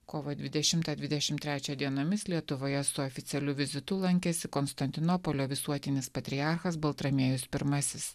kovo dvidešimtą dvidešim trečią dienomis lietuvoje su oficialiu vizitu lankėsi konstantinopolio visuotinis patriarchas baltramiejus pirmasis